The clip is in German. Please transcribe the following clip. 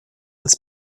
als